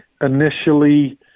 initially